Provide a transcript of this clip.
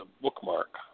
bookmark